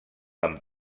amb